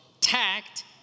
tact